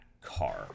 car